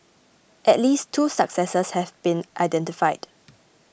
at least two successors have been identified